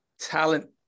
talent